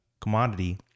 commodity